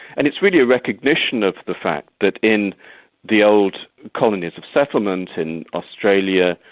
and it's really a recognition of the fact that in the old colonies of settlement in australia,